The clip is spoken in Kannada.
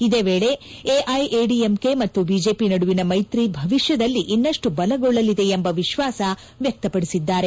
ಇದೇ ವೇಳಿ ಎಐಎಡಿಎಂಕೆ ಮತ್ತು ಬಿಜೆಪಿ ನಡುವಿನ ಮೈತ್ರಿ ಭವಿಷ್ಯದಲ್ಲಿ ಇನ್ನಷ್ನು ಬಲಗೊಳ್ಳಲಿದೆ ಎಂದು ವಿಶ್ವಾಸ ವ್ಯಕ್ತಪಡಿಸಿದ್ದಾರೆ